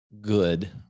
good